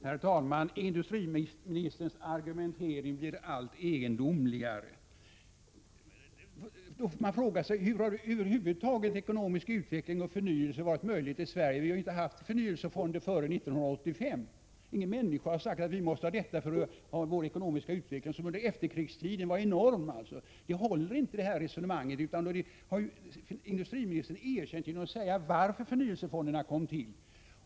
Herr talman! Industriministerns argumentering blir allt egendomligare. Man frågar sig: Hur har ekonomisk utveckling och förnyelse tidigare över huvud taget varit möjlig i Sverige — vi har ju inte haft förnyelsefonder före 1985. Ingen människa har hävdat att vi måste ha förnyelsefonder för vår ekonomiska utveckling, som under efterkrigstiden var enorm. Det resonemanget håller inte, och det har industriministern erkänt genom att säga varför förnyelsefonderna kom till.